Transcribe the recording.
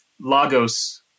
Lagos